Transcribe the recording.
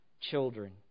children